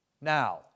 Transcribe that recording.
Now